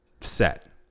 set